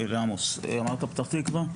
לעמוס אמרת פתח תקווה?